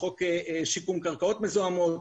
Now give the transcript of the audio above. חוק שיקום קרקעות מזוהמות,